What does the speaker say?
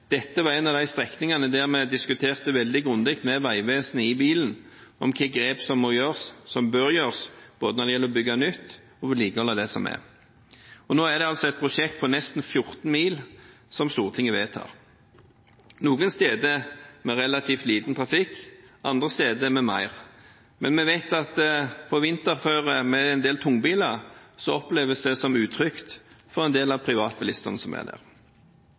var en av de strekningene vi diskuterte veldig grundig med Vegvesenet – i bilen – om hvilke grep som må gjøres, som bør gjøres, både når det gjelder å bygge nytt og å vedlikeholde det som er. Nå er det altså et prosjekt på nesten 14 mil som Stortinget vedtar – noen steder med relativt liten trafikk, andre steder med mer, men vi vet at på vinterføre med en del tungbiler oppleves det som utrygt for en del av privatbilistene som kjører der.